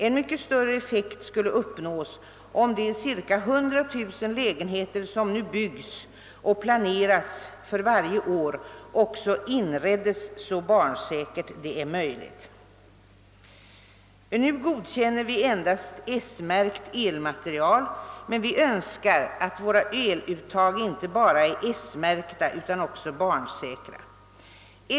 En mycket större effekt skulle uppnås, om de cirka 100 000 lägenheter som nu byggs och planeras för varje år också inreddes så barnsäkert som det är möjligt. Nu godkänner vi endast S-märkt elmateriel, men vi önskar att våra eluttag inte bara är S-märkta utan också barnsäkra.